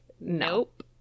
Nope